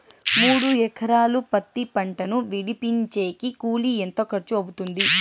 మూడు ఎకరాలు పత్తి పంటను విడిపించేకి కూలి ఎంత ఖర్చు అవుతుంది?